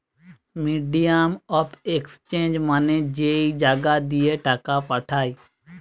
medium of exchange মানে যেই জাগা দিয়ে টাকা পাঠায়